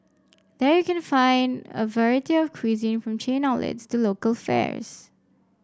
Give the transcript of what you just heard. there you can find a variety of cuisine from chain outlets to local fares